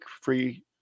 free